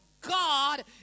God